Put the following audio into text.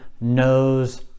knows